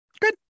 Good